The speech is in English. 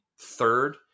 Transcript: third-